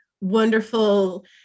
wonderful